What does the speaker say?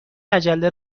مجله